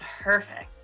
perfect